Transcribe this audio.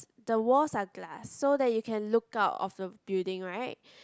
the walls are glass so that you can look out of the building right